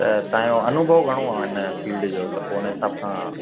त तव्हांजो अनुभव घणो आहे हिन फ़ील्ड जो त पोइ हुन हिसाब सां